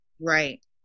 Right